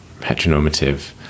heteronormative